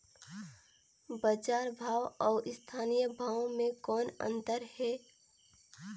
बजार भाव अउ स्थानीय भाव म कौन अन्तर हे?